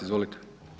Izvolite.